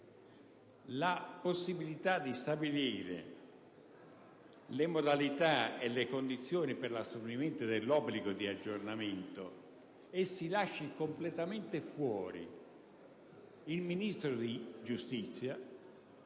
la possibilità di stabilire le modalità e le condizioni per l'assolvimento dell'obbligo di aggiornamento, lasciando completamente fuori il Ministro della giustizia,